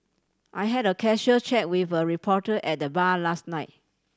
I had a casual chat with a reporter at the bar last night